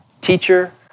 teacher